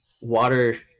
water